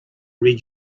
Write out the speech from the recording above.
read